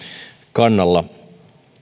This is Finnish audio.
kannalla